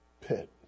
pit